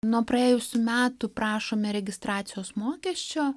nuo praėjusių metų prašome registracijos mokesčio